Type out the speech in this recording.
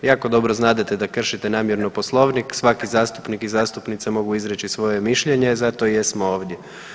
Jako dobro znate da kršite namjerno Poslovnik, svaki zastupnik i zastupnica mogu izreći svoje mišljenje i zato jesmo ovdje.